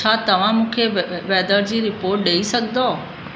छा तव्हां मूंखे वे वैदर जी रिपोर्ट ॾई सघंदो